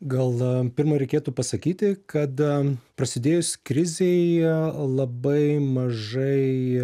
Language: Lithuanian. gal pirma reikėtų pasakyti kad prasidėjus krizei labai mažai